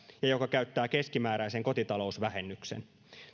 ja joka käyttää keskimääräisen kotitalousvähennyksen